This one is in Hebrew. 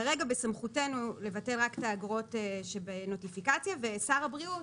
כרגע בסמכותנו לבטל את האגרות שבנוטיפיקציה ושר הבריאות